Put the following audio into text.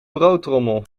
broodtrommel